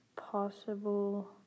possible